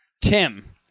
Tim